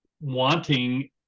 wanting